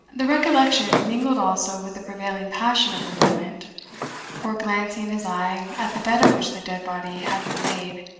the recollection mingled also with the prevailing passion of the moment for, glancing his eye at the bed on which the dead body had been laid,